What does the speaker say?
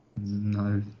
No